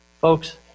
Folks